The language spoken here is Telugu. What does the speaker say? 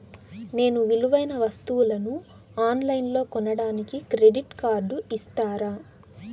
నేను విలువైన వస్తువులను ఆన్ లైన్లో కొనడానికి క్రెడిట్ కార్డు ఇస్తారా?